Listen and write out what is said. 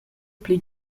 pli